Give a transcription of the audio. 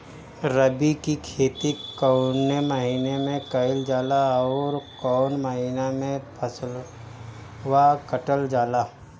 रबी की खेती कौने महिने में कइल जाला अउर कौन् महीना में फसलवा कटल जाला?